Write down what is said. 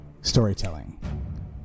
Storytelling